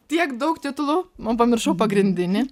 tiek daug titulų o pamiršau pagrindinį